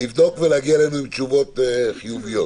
לבדוק ולהגיע אלינו עם תשובות חיוביות.